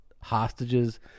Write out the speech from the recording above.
hostages